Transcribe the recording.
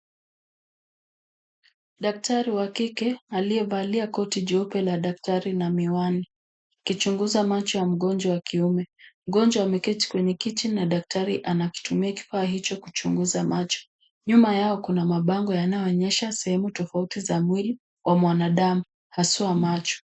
Daktari wa kike aliyevalia koti jeupe la daktari na miwani akichunguza macho ya mgonjwa wa kiume. Mgonjwa ameketi kwenye kiti na daktari anakitumia kifaa hicho kuchunguza macho. Nyuma yao kuna mabango yanayoonyesha sehemu tofauti za mwili wa mwanadamu haswa macho.